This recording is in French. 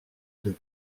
deux